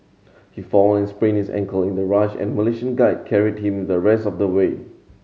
he fall and sprained his ankle in the rush and a Malaysian guide carried him the rest of the way